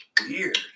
Weird